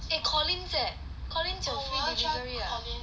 eh Collins eh Collins 有 free delivery ah